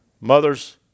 Mothers